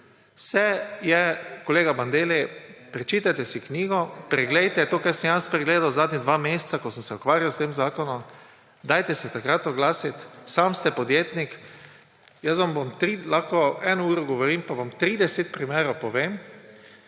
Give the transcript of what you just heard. se je …, kolega Bandelli, preberite si knjigo, preglejte to, kar sem jaz pregledal zadnja dva meseca, ko sem se ukvarjal s tem zakonom, dajte se takrat oglasiti, sam ste podjetnik. Jaz vam lahko eno uro govorim pa vam 30 primerov povem.